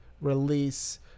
release